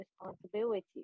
responsibility